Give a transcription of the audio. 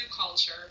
culture